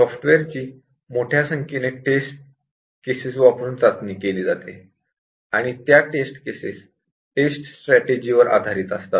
सॉफ्टवेअरची मोठ्या संख्येने टेस्ट केसेस वापरून टेस्टिंग केली जाते आणि त्या टेस्ट केसेस टेस्ट स्ट्रॅटेजि वर आधारित असतात